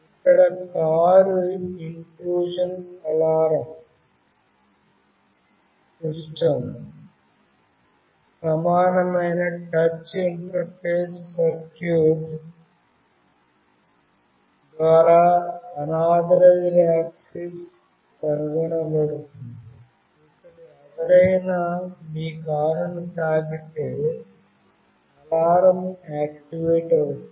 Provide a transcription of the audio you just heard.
ఇక్కడ car intrusion alarm system సమానమైన touch interface circuit ద్వారా అనర్థరైజ్డ్ యాక్సిస్ కనుగొనబడుతుంది ఇక్కడ ఎవరైనా మీ కారును తాకితే అలారం ఆక్టివేట్ అవుతుంది